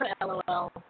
LOL